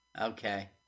Okay